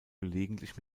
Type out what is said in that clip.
gelegentlich